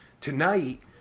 Tonight